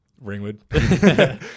Ringwood